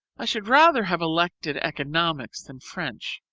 i should rather have elected economics than french,